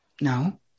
no